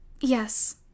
yes